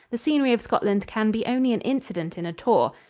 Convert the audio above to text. the scenery of scotland can be only an incident in a tour.